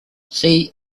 see